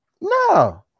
No